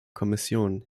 kommission